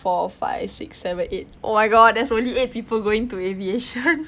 four five six seven eight oh my god there's only eight people going to aviation